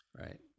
right